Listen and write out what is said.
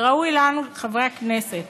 וראוי לנו, חברי הכנסת,